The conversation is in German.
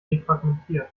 defragmentieren